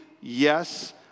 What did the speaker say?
Yes